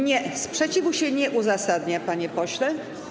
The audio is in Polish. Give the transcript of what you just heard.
Nie, sprzeciwu się nie uzasadnia, panie pośle.